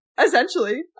essentially